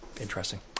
Interesting